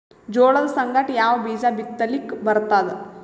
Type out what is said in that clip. ಜೋಳದ ಸಂಗಾಟ ಯಾವ ಬೀಜಾ ಬಿತಲಿಕ್ಕ ಬರ್ತಾದ?